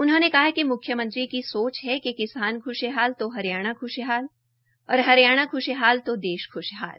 उन्होंने कहा कि मुख्यमंत्री की सोच है कि किसान ख्शहाल तो हरियाणा ख्शहाल और हरियाणा ख्शहाल तो देश ख्शहाल